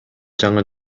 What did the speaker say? жаңы